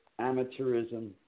amateurism